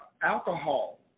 alcohol